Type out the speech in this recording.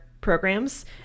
programs